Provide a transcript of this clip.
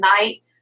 night